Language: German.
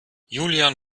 julian